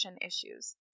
issues